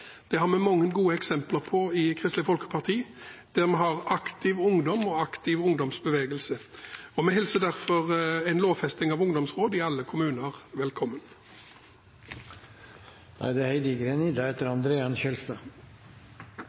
Det har vi mange gode eksempler på i Kristelig Folkeparti, der vi har aktiv ungdom og en aktiv ungdomsbevegelse. Vi hilser derfor en lovfesting av ungdomsråd i alle kommuner velkommen. Senterpartiet støtter lovfesting av ungdomsråd. Dette gjør at kommunene får det